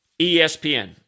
espn